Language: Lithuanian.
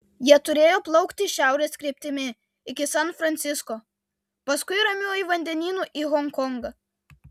jie turėjo plaukti šiaurės kryptimi iki san francisko paskui ramiuoju vandenynu į honkongą